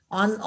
on